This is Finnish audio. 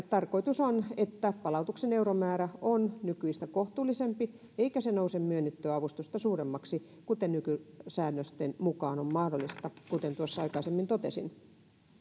tarkoitus on että palautuksen euromäärä on nykyistä kohtuullisempi eikä se nouse myönnettyä avustusta suuremmaksi kuten nykysäännösten mukaan on mahdollista kuten tuossa aikaisemmin totesin